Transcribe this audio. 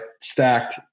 stacked